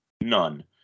None